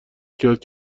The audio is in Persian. کرد